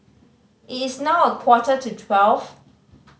it is now a quarter to twelve